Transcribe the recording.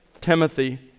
Timothy